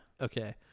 okay